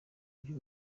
by’i